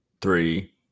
three